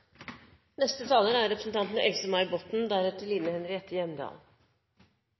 neste taler er representanten Michael Tetzschner og deretter